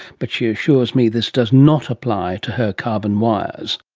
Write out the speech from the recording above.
but she assures me this does not apply to her carbon wires